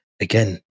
again